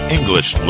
English